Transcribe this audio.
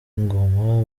ingoma